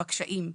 בקשיים,